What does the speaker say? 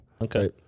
Okay